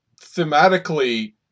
thematically